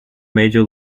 major